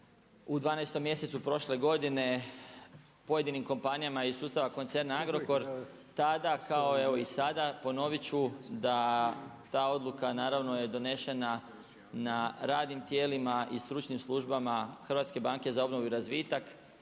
u 12 mjesecu prošle godine pojedinim kompanijama iz sustava koncerna Agrokor tada kao i sada ponovit ću da ta odluka, naravno je donešena na radnim tijelima i stručnim službama Hrvatske banke za obnovu i razvitak.